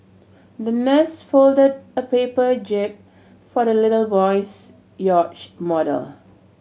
the nurse folded a paper jib for the little boy's yacht model